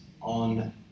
on